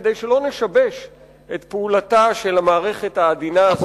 כדי שלא נשבש את פעולתה של המערכת העדינה הזאת,